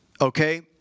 Okay